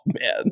man